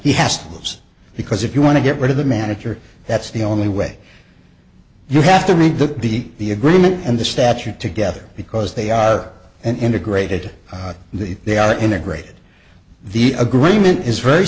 he has those because if you want to get rid of the manager that's the only way you have to meet the the the agreement and the statute together because they are an integrated that they are integrated the agreement is very